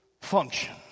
function